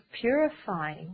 purifying